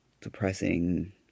depressing